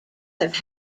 have